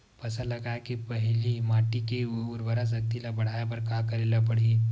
फसल लगाय के पहिली माटी के उरवरा शक्ति ल बढ़ाय बर का करेला पढ़ही?